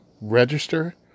register